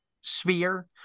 sphere